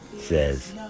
says